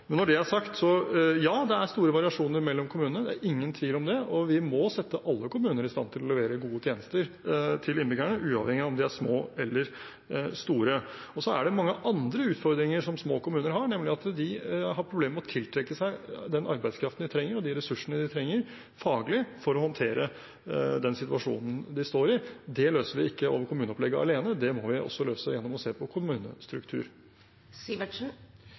Når det er sagt: Ja, det er store variasjoner mellom kommunene, det er ingen tvil om det, og vi må sette alle kommuner i stand til å levere gode tjenester til innbyggerne uavhengig av om de er små eller store. Så er det mange andre utfordringer som små kommuner har, nemlig at de har problemer med å tiltrekke seg den arbeidskraften de trenger, og de faglige ressursene de trenger, for å håndtere den situasjonen de står i. Det løser vi ikke over kommuneopplegget alene, det må vi også løse gjennom å se på